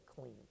clean